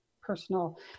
personal